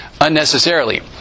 unnecessarily